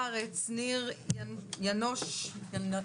התאחדות בוני הארץ, ניר ינושבסקי בבקשה.